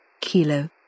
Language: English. Kilo